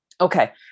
Okay